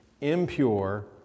impure